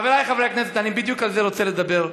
חבריי חברי הכנסת, בדיוק על זה אני רוצה לדבר.